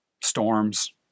storms